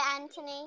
Anthony